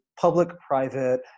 public-private